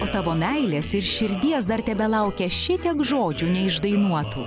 o tavo meilės ir širdies dar tebelaukia šitiek žodžių neišdainuotų